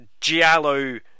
giallo-